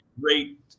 great